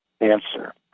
answer